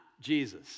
Jesus